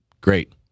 great